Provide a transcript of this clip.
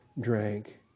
drank